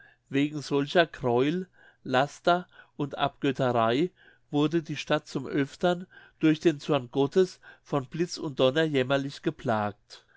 wegen solcher gräuel laster und abgötterei wurde die stadt zum öftern durch den zorn gottes von blitz und donner jämmerlich geplagt